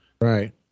Right